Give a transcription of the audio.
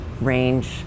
range